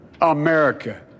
America